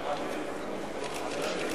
בבקשה.